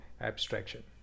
abstraction